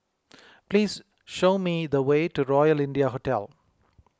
please show me the way to Royal India Hotel